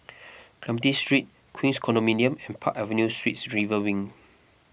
Clementi Street Queens Condominium and Park Avenue Suites River Wing